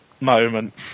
moment